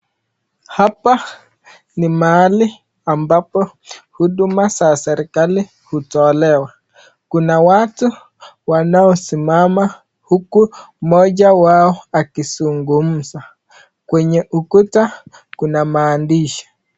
Hapa ni mahali ambapo huduma sa serikali hutolewa kuna watu wanaosimama huku mmoja wao akizungumza. Kwenye ukuta kuna maandishi.